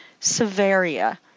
Severia